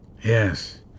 Yes